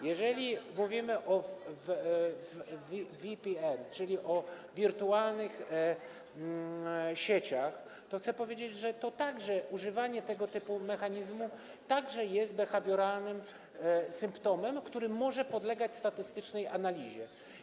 Jeżeli mówimy o VPN, czyli wirtualnych sieciach, to chcę powiedzieć, że używanie tego typu mechanizmu także jest behawioralnym symptomem, który może podlegać statystycznej analizie.